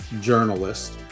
journalist